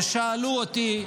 ושאלו אותי,